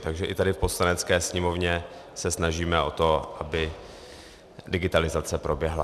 Takže i tady v Poslanecké sněmovně se snažíme o to, aby digitalizace proběhla.